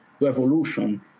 revolution